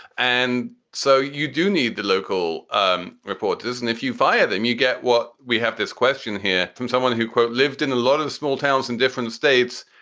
and so you do need the local um reporters. and if you fire them, you get what we have this question here from someone who lived in a lot of the small towns in different states.